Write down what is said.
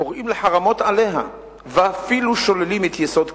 קוראים לחרמות עליה ואפילו שוללים את יסוד קיומה,